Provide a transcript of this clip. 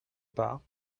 part